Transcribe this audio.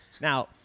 Now